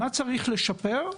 מה צריך לשפר?